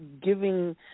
giving